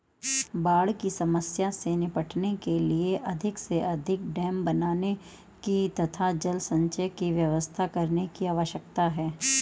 बाढ़ की समस्या से निपटने के लिए अधिक से अधिक डेम बनाने की तथा जल संचय की व्यवस्था करने की आवश्यकता है